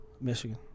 Michigan